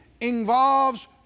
involves